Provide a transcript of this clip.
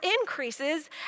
increases